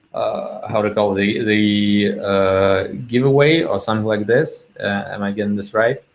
a, how to tell, the the ah giveaway or something like this, am i getting this right?